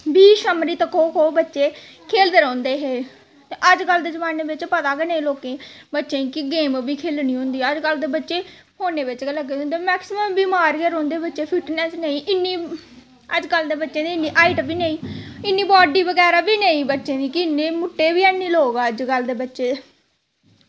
बी छमीरत खो खो बच्चे खेल्लदे रौंह्दे हे ते अजकल्ल दे जमाने च पता गै निं लोकें गी बच्चें गी कि गेम बी खेल्लनी होंदी अजकल्ल दे बच्चे फौने बिच्च गै लग्गे होंदे मेक्सीमम बच्चे बमार गै रौंह्दे बच्चे फिटनैस नेईं इन्नी अजकल्ल दे बच्चें दी इन्नी हाईट बी नेईं इन्नी बॉडी बगैरा बी नेईं बच्चें दी कि बच्चें बगैरा दी इन्ने मुट्टे बी हैनी लोक अजकल्ल दे बच्चे